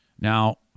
Now